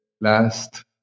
last